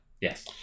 Yes